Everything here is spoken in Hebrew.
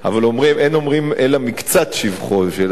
אין אומרים אלא מקצת שבחו של אדם בפניו,